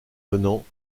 venant